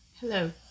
Hello